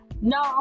No